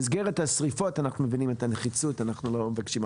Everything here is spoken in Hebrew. במסגרת השריפות אנחנו מבינים את הנחיצות ואנחנו לא מבקשים.